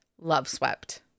love-swept